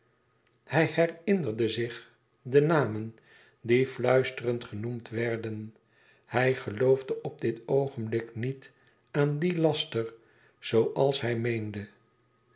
hij herinnerde zich namen die fluisterend genoemd werden hij geloofde op dit oogenblik niet aan dien laster zooals hij meende